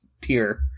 tier